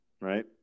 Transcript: right